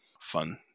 fun